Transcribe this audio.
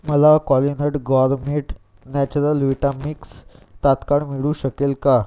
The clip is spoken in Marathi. मला Qualinut gourmet natural vita mix तात्काळ मिळू शकेल का